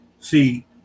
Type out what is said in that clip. See